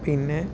പിന്നെ